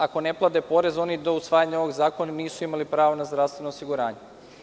Ako ne plate porez, oni do usvajanja ovog zakona nisu imali pravo na zdravstveno osiguranje.